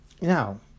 Now